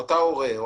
הורה,